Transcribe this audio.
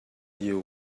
you